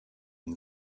une